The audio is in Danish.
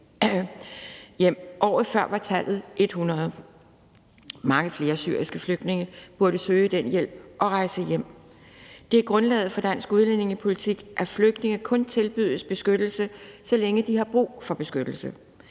Året før var tallet 100. Mange flere syriske flygtninge burde søge den hjælp og rejse hjem. Det er grundlaget for dansk udlændingepolitik, at flygtninge kun tilbydes beskyttelse, så længe de har brug for beskyttelse.